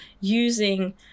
using